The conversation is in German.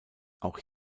auch